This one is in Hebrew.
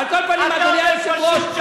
על כל פנים, אדוני היושב-ראש, פשוט שקרן.